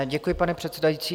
Děkuji, pane předsedající.